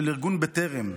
של ארגון בטרם: